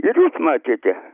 ir jūs matėte